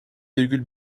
virgül